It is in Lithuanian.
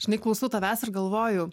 žinai klausau tavęs ir galvoju